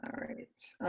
um right.